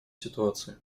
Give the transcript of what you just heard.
ситуации